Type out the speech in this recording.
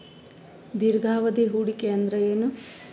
ದೀರ್ಘಾವಧಿ ಹೂಡಿಕೆ ಅಂದ್ರ ಏನು?